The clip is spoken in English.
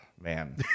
man